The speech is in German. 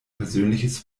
persönliches